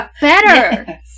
better